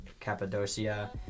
Cappadocia